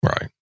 Right